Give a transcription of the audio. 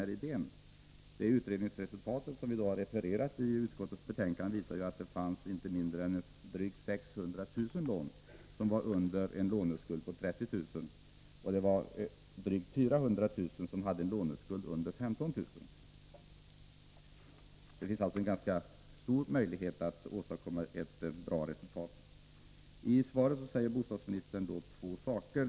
Resultatet av utredningen, som refererades i utskottsbetänkandet, visade att det fanns inte mindre än drygt 600 000 lån med en låneskuld under 30 000 kr. samt drygt 400 000 med en låneskuld under 15 000 kr. Det finns alltså ganska stora möjligheter att åstadkomma ett bra resultat. I svaret säger bostadsministern två saker.